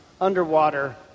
underwater